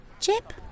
Chip